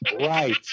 Right